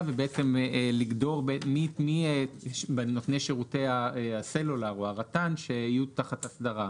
ובעצם לגדור מי נותני שירותי הסלולר או הרט"ן שיהיו תחת אסדרה.